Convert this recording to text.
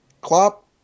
Klopp